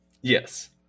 yes